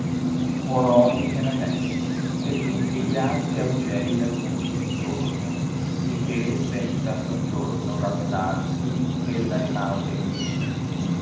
odi che n avvenne che tutti gli altri augei le for d intorno sicché senza soggiorno la pelar sì eh ella rimase ignuda